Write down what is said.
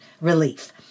relief